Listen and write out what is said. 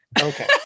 Okay